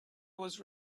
was